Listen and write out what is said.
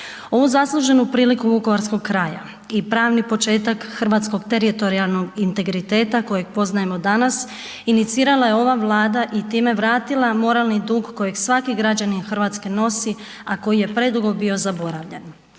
Ovu zasluženu priliku vukovarskog kraja i pravni početak hrvatskog teritorijalnog integriteta kojeg poznajemo danas, inicirala je ova Vlada i time vratila moralni dug kojeg svaki građanin Hrvatske nosi, a koji je predugo bio zaboravljen.